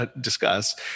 discuss